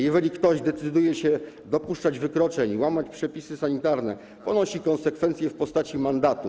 Jeżeli ktoś decyduje się dopuszczać się wykroczeń, łamać przepisy sanitarne, ponosi konsekwencje w postaci mandatu.